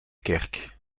kerk